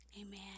amen